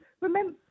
Remember